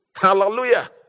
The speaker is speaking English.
Hallelujah